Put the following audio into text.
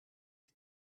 sie